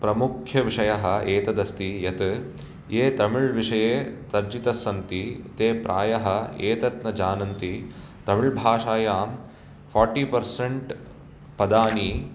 प्रमुख्यविषयः एतत् अस्ति यत् ये तमिल् विषये तर्जित सन्ति ते प्रायः एतत् न जानन्ति तमिल् भाषायां फोट्टी पर्सेन्ट् पदानि